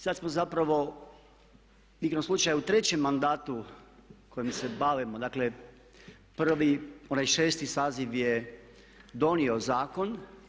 Sada smo zapravo igrom slučaja u trećem mandatu kojim se bavimo, dakle prvi, onaj VI saziv je donio zakon.